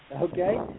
okay